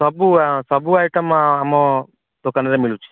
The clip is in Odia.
ସବୁ ସବୁ ଆଇଟମ ଆମ ଦୋକାନରେ ମିଳୁଛି